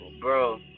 bro